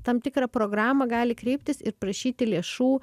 tam tikrą programą gali kreiptis ir prašyti lėšų